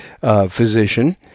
physician